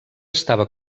estava